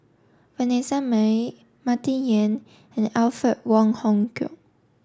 Vanessa Mae Martin Yan and Alfred Wong Hong Kwok